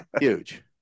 Huge